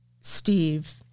Steve